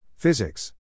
Physics